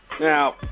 Now